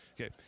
Okay